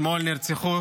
אתמול נרצחו